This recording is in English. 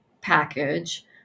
package